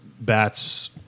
Bats